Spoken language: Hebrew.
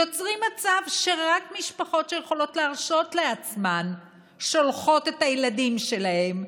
יוצרים מצב שרק משפחות שיכולות להרשות לעצמן שולחות את הילדים שלהן?